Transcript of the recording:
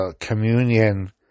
communion